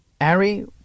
Ari